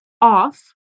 off